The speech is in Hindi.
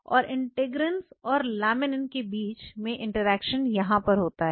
और इंटीग्रिंस और लैमिनिन के बीच में इंटरेक्शन यहां पर होता है